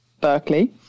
Berkeley